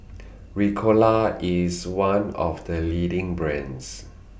Ricola IS one of The leading brands